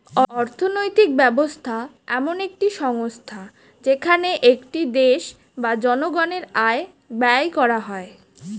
অর্থনৈতিক ব্যবস্থা এমন একটি সংস্থা যেখানে একটি দেশ বা জনগণের আয় ব্যয় করা হয়